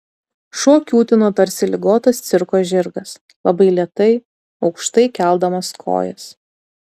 šuo kiūtino tarsi ligotas cirko žirgas labai lėtai aukštai keldamas kojas